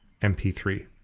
MP3